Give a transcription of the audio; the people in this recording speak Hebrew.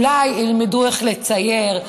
אולי ילמדו איך לצייר,